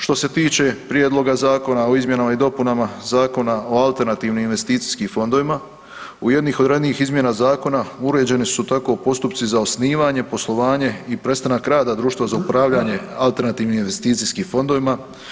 Što se tiče Prijedloga zakona o izmjenama i dopunama Zakona o alternativnim investicijskim fondovima u jednim od ranijih izmjena zakona uređene su tako postupci za osnivanje, poslovanje i prestanak rada društva za upravljanje alternativnim investicijskim fondovima.